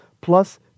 plus